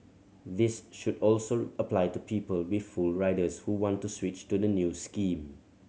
this should also apply to people with full riders who want to switch to the new scheme